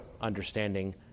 understanding